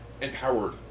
empowered